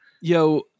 yo